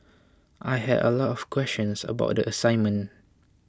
I had a lot of questions about the assignment